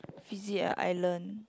visit an island